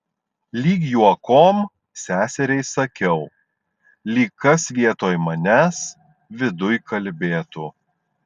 lyg juokom seseriai sakiau lyg kas vietoj manęs viduj kalbėtų